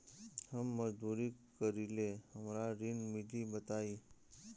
हम मजदूरी करीले हमरा ऋण मिली बताई?